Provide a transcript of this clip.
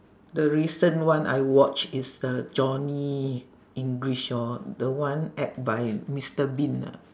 the recent one I watch is the johnny english lor the one act by mister bean ah